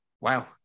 wow